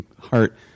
heart